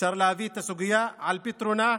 אפשר להביא את הסוגיה על פתרונה,